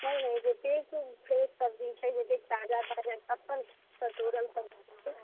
नहि नहि जे फ्रेश सब्जी छै जते ताजा ताजा तोड़ल सब्जी छै